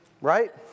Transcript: Right